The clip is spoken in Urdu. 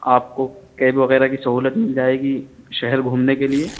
آپ کو کیب وغیرہ کی سہولت مل جائے گی شہر گھومنے کے لیے